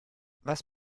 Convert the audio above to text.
was